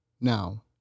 Now